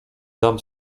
dam